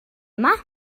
yma